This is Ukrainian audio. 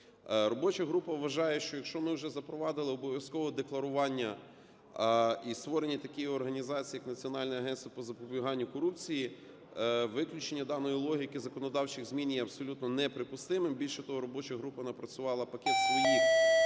Робоча група вважає, що якщо ми вже запровадили обов'язкове декларування і створення такої організації, як Національне агентство по запобіганню корупції, виключення даної логіки законодавчих змін є абсолютно неприпустимим. Більше того, робоча група напрацювала пакет своїх